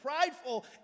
prideful